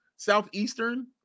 Southeastern